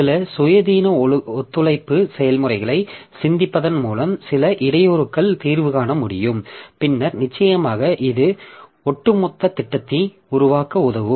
சில சுயாதீன ஒத்துழைப்பு செயல்முறைகளை சிந்திப்பதன் மூலம் சில இடையூறுகளுக்கு தீர்வு காணமுடியும் பின்னர் நிச்சயமாக இது ஒட்டுமொத்த திட்டத்தை உருவாக்க உதவும்